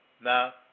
Now